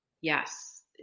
Yes